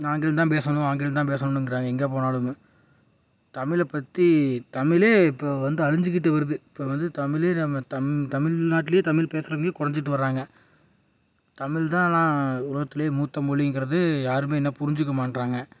ஆங்கிலம் தான் பேசணும் ஆங்கிலம் தான் பேசணுங்கிறாங்க எங்கே போனாலுமும் தமிழை பற்றி தமிழே இப்போ வந்து அழிஞ்சிக்கிட்டு வருது இப்போ வந்து தமிழே நம்ம தமிழ் தமிழ்நாட்லயே தமிழ் பேசுறவங்களே குறஞ்சிக்கிட்டு வராங்க தமிழ் தான் ஆனால் உலகத்துலேயே மூத்த மொழிங்கிறது யாருமே இன்னும் புரிஞ்சிக்க மாட்டுறாங்க